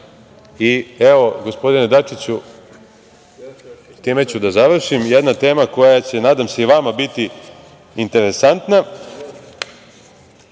Srbije. Gospodine Dačiću, time ću da završim, jedna tema koja će, nadam se, i vama biti interesantna,